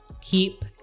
keep